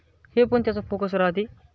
हे पण त्याचा फोकस राहाते